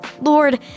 Lord